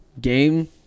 game